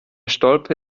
stolpe